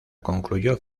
concluyó